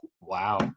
Wow